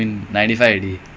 chiaro please